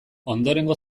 ondorengo